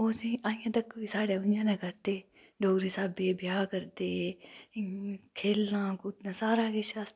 ओह् चीज साढे इत्थै इ'यै जेह् होंदे न डोगरी स्हाबै दे ब्याह् करदे खेढना कूदना सारा किश